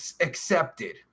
accepted